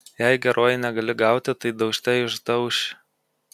jei geruoju negali gauti tai daužte išdauši